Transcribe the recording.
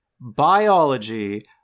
biology